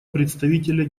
представителя